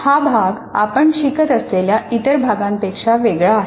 हा भाग आपण शिकत असलेल्या इतर भागांपेक्षा वेगळा आहे